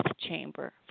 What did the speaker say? chamber